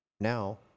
now